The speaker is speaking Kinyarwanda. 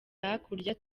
hakurya